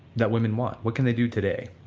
that woman want? what can they do today?